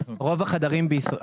רוב החדרים בישראל,